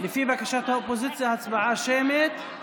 לפי בקשת האופוזיציה, הצבעה שמית.